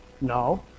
No